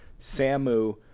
Samu